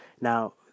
Now